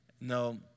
No